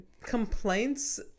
complaints